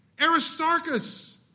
Aristarchus